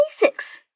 basics